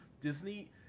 Disney